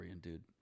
dude